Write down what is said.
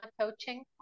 coaching